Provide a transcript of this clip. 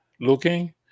looking